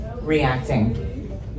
reacting